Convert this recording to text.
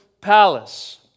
palace